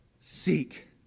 seek